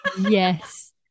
Yes